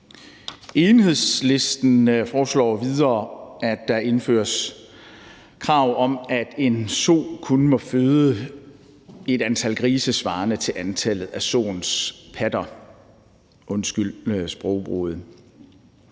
Enhedslisten foreslår videre, at der indføres krav om, at en so kun må føde et antal grise svarende til antallet af soens patter – undskyld sprogbrugen.